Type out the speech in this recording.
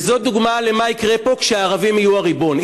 וזו דוגמה למה שיקרה פה כשהערבים יהיו הריבון,